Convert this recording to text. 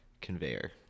conveyor